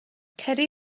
ceri